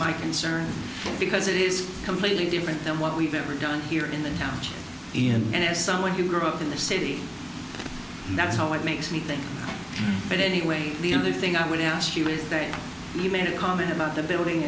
my concern because it is completely different than what we've ever done here in the county and as someone who grew up in the city that's how it makes me think but anyway the only thing i would ask you is that you made a comment about the building